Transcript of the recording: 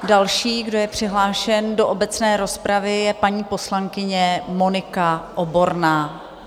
Další, kdo je přihlášen do obecné rozpravy, je paní poslankyně Monika Oborná.